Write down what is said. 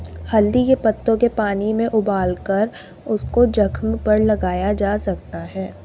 हल्दी के पत्तों के पानी में उबालकर उसको जख्म पर लगाया जा सकता है